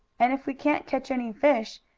and if we can't catch any fish,